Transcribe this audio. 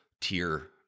tier